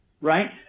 right